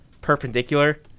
perpendicular